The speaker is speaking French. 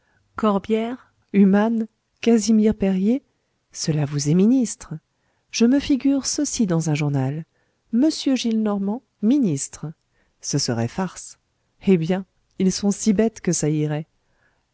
corbière humann casimir perier cela vous est ministre je me figure ceci dans un journal m gillenormand ministre ce serait farce eh bien ils sont si bêtes que ça irait